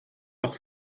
auch